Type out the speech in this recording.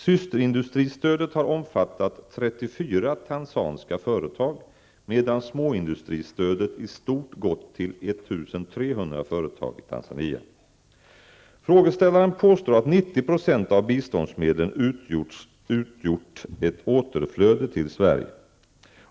Systerindustristödet har omfattat 34 tanzaniska företag, medan småindustristödet i stort har gått till Frågeställaren påstår att 90 % av biståndsmedlen utgjort ett återflöde till Sverige.